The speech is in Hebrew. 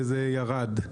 וזה ירד.